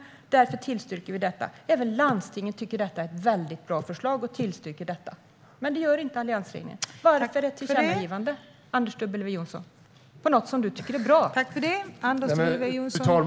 Och därför tillstyrker vi detta. Även landstingen tycker att det är ett bra förslag och tillstyrker det. Men det gör inte Alliansen. Varför vill ni ha ett tillkännagivande om något som du tycker är bra, Anders W Jonsson?